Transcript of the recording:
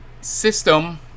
system